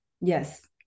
Yes